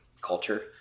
culture